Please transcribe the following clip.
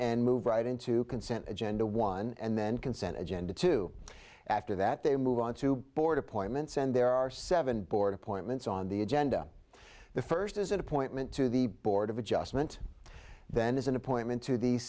and move right into consent agenda one and then consent agenda two after that they move on to board appointments and there are seven board appointments on the agenda the first is an appointment to the board of adjustment then is an appointment to the